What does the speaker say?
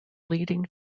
leading